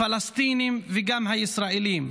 הפלסטינים וגם הישראלים,